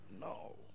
No